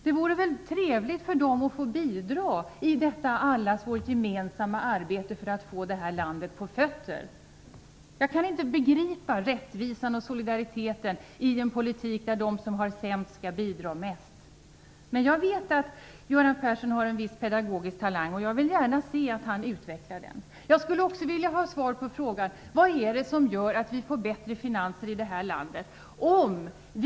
Det vore väl trevligt för dem att få bidra till allas vårt gemensamma arbete för att få det här landet på fötter. Jag kan inte begripa rättvisan och solidariteten i en politik där de som har det sämst skall bidra mest. Jag vet att Göran Persson har en viss pedagogisk talang. Jag vill gärna se att han utvecklar den. Jag skulle också vilja ha svar på frågan hur vi kan få bättre finanser i det här landet om vi gör på följande sätt.